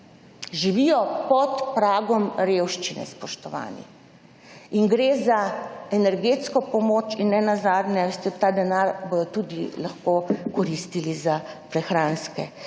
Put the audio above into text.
Živijo pod pragom revščine, spoštovani. Gre za energetsko pomoč in nenazadnje, veste, ta denar bodo lahko koristili tudi za prehranske